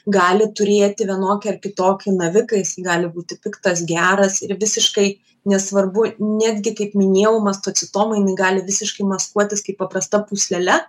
gali turėti vienokį ar kitokį naviką jisai gali būti piktas geras ir visiškai nesvarbu netgi kaip minėjau mastocitoma jinai gali visiškai maskuotis kaip paprasta pūslele